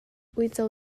uico